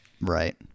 Right